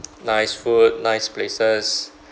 nice food nice places